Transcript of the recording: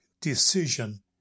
decision